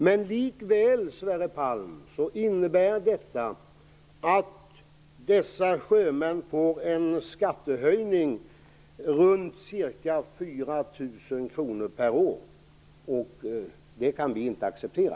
Men likväl, Sverre Palm, innebär detta att dessa sjömän får en skattehöjning på ca 4 000 kr per år, vilket vi inte kan acceptera.